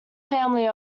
family